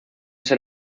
ser